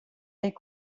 est